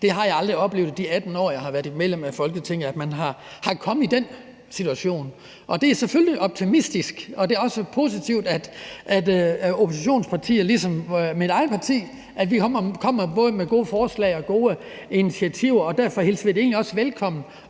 Det har jeg aldrig oplevet i de 18 år, jeg har været medlem af Folketinget, altså at man har været i den situation. Det er selvfølgelig optimistisk, og det er også positivt, at oppositionspartier ligesom mit eget parti både kommer med gode forslag og gode initiativer, og derfor hilser vi det egentlig også velkommen.